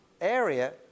area